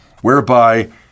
whereby